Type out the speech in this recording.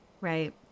Right